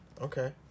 Okay